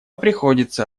приходится